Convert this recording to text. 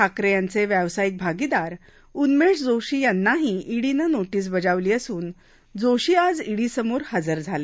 ठाकरे यांचे व्यावसायिक भागीदार उन्मेश जोशी यांनाही ईडीनं नोटीस बजावली असून जोशी आज ईडीसमोर हजर झाले